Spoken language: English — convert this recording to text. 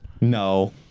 No